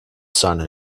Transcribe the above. son